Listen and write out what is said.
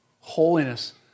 Holiness